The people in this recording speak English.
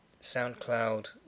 SoundCloud